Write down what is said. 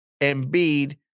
Embiid